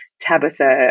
Tabitha